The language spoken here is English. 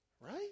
Right